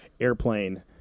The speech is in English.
airplane